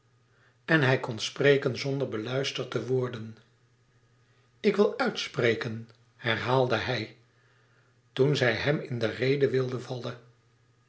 en hij kon spreken zonder beluisterd te worden ik wil uitspreken herhaalde hij toen zij hem in de rede wilde vallen